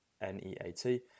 n-e-a-t